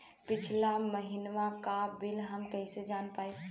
पिछला महिनवा क बिल हम कईसे जान पाइब?